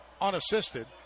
unassisted